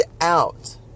out